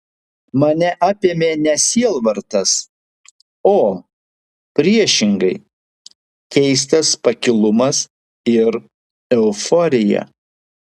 mane apėmė ne sielvartas o priešingai keistas pakilumas ir euforija